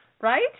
Right